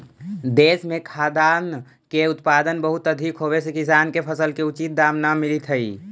देश में खाद्यान्न के उत्पादन बहुत अधिक होवे से किसान के फसल के उचित दाम न मिलित हइ